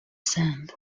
sand